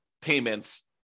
payments